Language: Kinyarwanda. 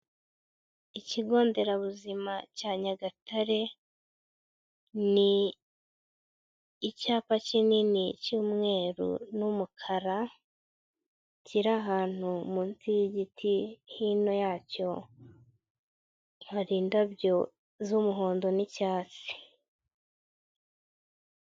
Ikigo nderabuzima cya Nyagatare, ni icyapa kinini cy'umweru n'umukara, kiri ahantu munsi y'igiti hino yacyo hari indabyo z'umuhondo n'icyatsi.